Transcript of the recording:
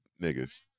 niggas